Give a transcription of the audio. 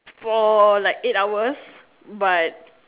for like eight hours but